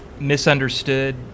Misunderstood